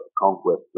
conquest